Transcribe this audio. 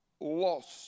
lost